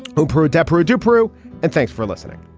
hoper adepero dupre. and thanks for listening